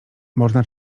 można